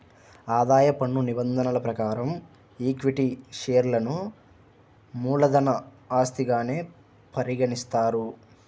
ఆదాయ పన్ను నిబంధనల ప్రకారం ఈక్విటీ షేర్లను మూలధన ఆస్తిగానే పరిగణిస్తారు